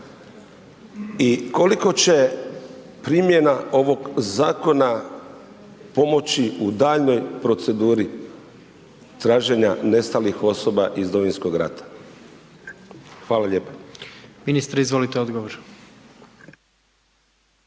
i koliko će primjena ovog zakona pomoći u daljnjoj proceduri traženja nestalih osoba iz Domovinskog rata? Hvala lijepo.